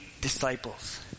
disciples